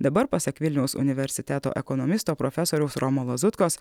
dabar pasak vilniaus universiteto ekonomisto profesoriaus romo lazutkos